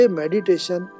meditation